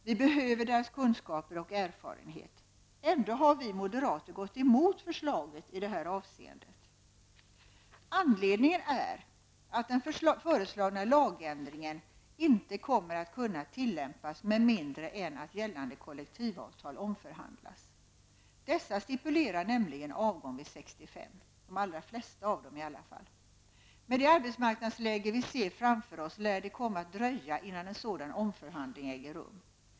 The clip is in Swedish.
Vi behöver deras kunskaper och erfarenhet. Ändå har vi moderater gått emot förslaget i det här avseendet. Anledningen är att den föreslagna ändrade lagen inte kommer att kunna tillämpas med mindre än att gällande kollektivavtal omförhandlas. De allra flesta av dessa stipulerar nämligen avgång vid 65 års ålder. Med tanke på det arbetsmarknadsläge som vi ser framför oss lär det komma att dröja innan en sådan omförhandling äger rum.